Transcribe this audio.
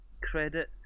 credit